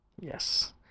Yes